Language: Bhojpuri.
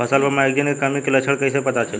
फसल पर मैगनीज के कमी के लक्षण कइसे पता चली?